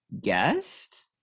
Guest